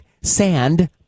Sand